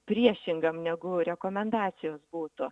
priešingam negu rekomendacijos būtų